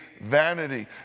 vanity